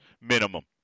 minimum